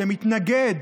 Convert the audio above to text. שמתנגד